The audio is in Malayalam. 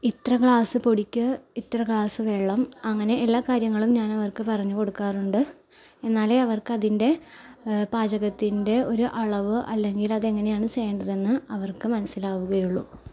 ഇത്ര ഗ്ലാസ് പൊടിക്ക് ഇത്ര ഗ്ലാസ് വെള്ളം അങ്ങനെ എല്ലാ കാര്യങ്ങളും ഞാനവർക്ക് പറഞ്ഞുകൊടുക്കാറുണ്ട് എന്നാലേ അവർക്കതിൻ്റെ പാചകത്തിൻ്റെ ഒര് അളവ് അല്ലെങ്കിലതെങ്ങനെയാണ് ചെയ്യണ്ടതെന്ന് അവർക്ക് മനസിലാവുകയുള്ളു